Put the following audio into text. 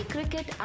Cricket &